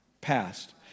passed